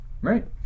right